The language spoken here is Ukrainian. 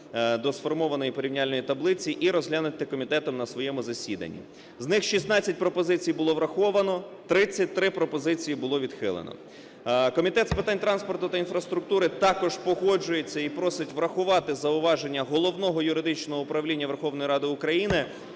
до сформованої порівняльної таблиці і розглянуті комітетом на своєму засіданні. З них 16 пропозицій було враховано, 33 пропозиції було відхилено. Комітет з питань транспорту та інфраструктури також погоджується і просить врахувати зауваження Головного юридичного управління Верховної Ради України,